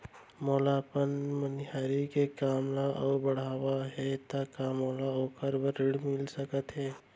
मोला अपन मनिहारी के काम ला अऊ बढ़ाना हे त का मोला ओखर बर ऋण मिलिस सकत हे?